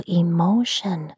emotion